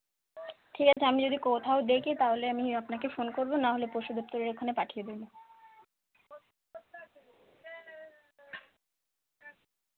ঠিক আছে আমি যদি কোথাও দেখি তাহলে আমি আপনাকে ফোন করবো নাহলে পশু দপ্তরের ওখানে পাঠিয়ে দেবো